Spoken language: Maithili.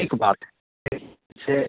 ठीक बात छै